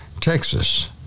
Texas